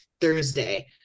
Thursday